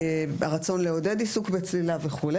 הרצון לעודד עיסוק בצלילה וכו',